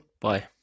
bye